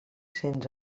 cents